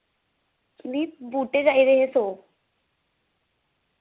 मि बूह्टे चाहिदे दे हे सौ